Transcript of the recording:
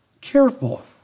careful